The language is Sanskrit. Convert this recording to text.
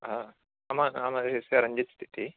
मम नाम रञ्जित् इति